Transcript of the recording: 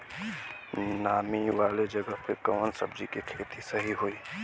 नामी वाले जगह पे कवन सब्जी के खेती सही होई?